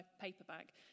paperback